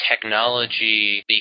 technology